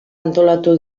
antolatu